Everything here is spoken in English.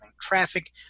traffic